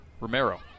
Romero